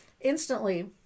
Instantly